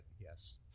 yes